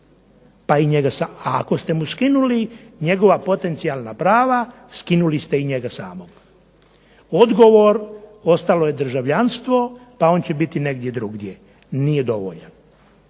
prava, a ako ste mu skinuli njegova potencijalna prava skinuli ste i njega samog. Odgovor, ostalo je državljanstvo pa on će biti negdje drugdje, nije dovoljan.